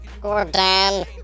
Gordon